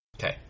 Okay